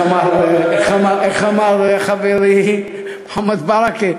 איך אמר חברי מוחמד ברכה?